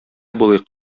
булыйк